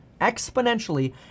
exponentially